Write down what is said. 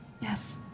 Yes